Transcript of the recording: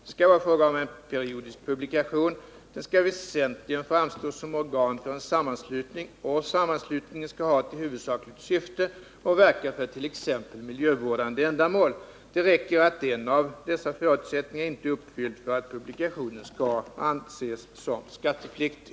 Det skall vara fråga om en periodisk publikation, den skall väsentligen framstå som organ för en sammanslutning, och sammanslutningen skall ha till huvudsakligt syfte att verka för t.ex. miljövårdande ändamål. Det räcker att en av dessa förutsättningar inte är uppfylld för att publikationen skall anses som skattepliktig.